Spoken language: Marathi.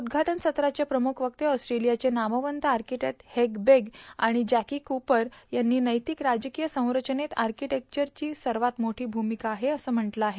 उद्घाटन सत्राचे प्रमुख वक्ते ऑस्ट्रेलियाचे नामवंत आक्टिक्ट हेग बेग आणि जॅकी कूपर यांनी नैतिक राजकीय संरचनेत आर्किटिक्टटसची सर्वात मोठी भूमिका आहे असं म्हटलं आहे